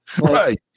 Right